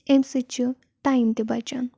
امہِ سۭتۍ چھُ ٹایم تہِ بَچان